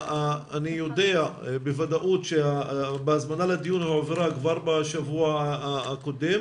אני יודע בוודאות שההזמנה לדיון הועברה כבר בשבוע הקודם.